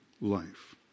life